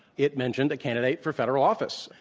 itmentioned a candidate for federal office.